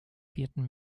vierten